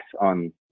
on